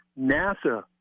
NASA